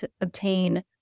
obtain